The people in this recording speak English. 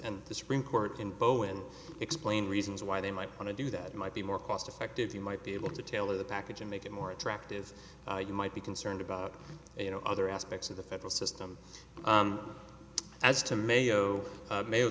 and the supreme court in bowen explained reasons why they might want to do that might be more cost effective you might be able to tailor the package and make it more attractive you might be concerned about you know other aspects of the federal system as to mayo mayo